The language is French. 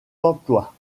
d’emploi